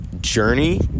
Journey